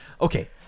Okay